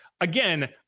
again